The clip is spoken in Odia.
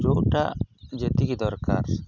ଯେଉଁଟା ଯେତିକି ଦରକାର